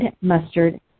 mustard